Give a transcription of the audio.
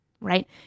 right